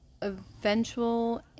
eventual